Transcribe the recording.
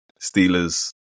Steelers